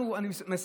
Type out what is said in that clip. אנחנו, אני מסיים.